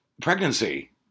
pregnancy